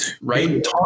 Right